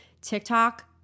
TikTok